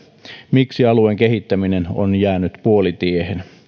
miksi alueen kehittäminen on jäänyt puolitiehen